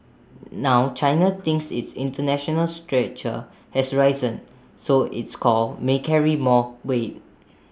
now China thinks its International stature has risen so its calls may carry more weight